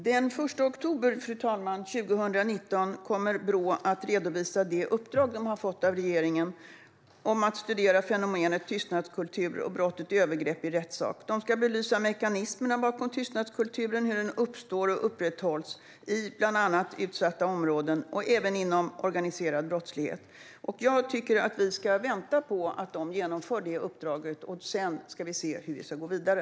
Fru talman! Den 1 oktober 2019 kommer Brå att redovisa det uppdrag som de har fått av regeringen om "att studera fenomenet tystnadskultur och brottet övergrepp i rättssak. Brå ska belysa mekanismerna bakom att tystnadskulturer uppstår och upprätthålls i exempelvis socialt utsatta områden och inom organiserad brottslighet". Jag tycker att vi ska vänta på att de genomför det uppdraget. Sedan ska vi se hur vi ska gå vidare.